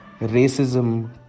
racism